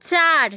চার